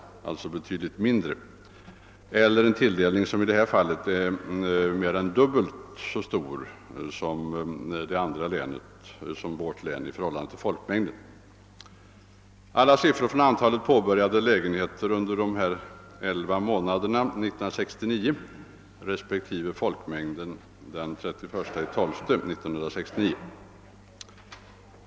Tilldelningen till det ena länet är i förhållande till folkmängden mer än dubbelt så stor som till det andra länet. De siffror jag nu anför avser antalet påbörjade lägenheter under elva månader av år 1969 respektive folkmängden den 31 december 1969.